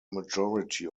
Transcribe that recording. majority